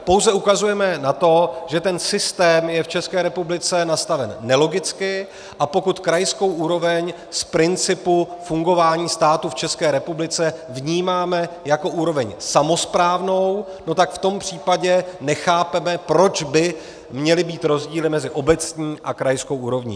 Pouze ukazujeme na to, že ten systém je v České republice nastaven nelogicky, a pokud krajskou úroveň z principu fungování státu v České republice vnímáme jako úroveň samosprávnou, tak v tom případě nechápeme, proč by měly být rozdíly mezi obecní a krajskou úrovní.